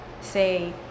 say